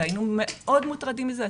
היינו מאוד מוטרדים מזה.